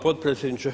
Potpredsjedniče!